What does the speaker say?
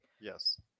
Yes